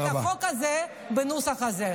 לקדם את החוק הזה בנוסח הזה.